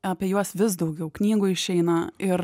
apie juos vis daugiau knygų išeina ir